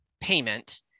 payment